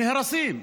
בטאבו, נהרסים.